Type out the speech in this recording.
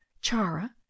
chara